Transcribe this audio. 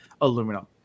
aluminum